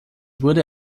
wurde